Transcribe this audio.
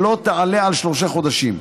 שלא תעלה על שלושה חודשים.